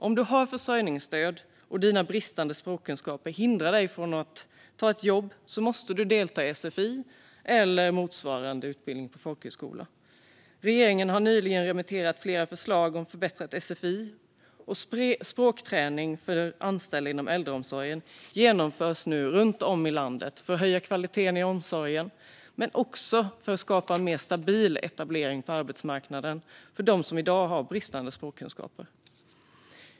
Om man har försörjningsstöd och ens bristande språkkunskaper hindrar en från att ta ett jobb måste man delta i sfi eller motsvarande utbildning på folkhögskola. Regeringen har nyligen remitterat flera förslag om förbättrad sfi. Språkträning för anställda inom äldreomsorgen genomförs nu runt om i landet för att höja kvaliteten i omsorgen, men också för att skapa en mer stabil etablering på arbetsmarknaden för dem som i dag har bristande språkkunskaper.